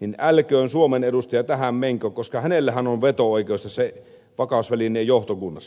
niin älköön suomen edustaja tähän menkö koska hänellähän on veto oikeus tässä vakausvälineen johtokunnassa